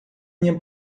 minha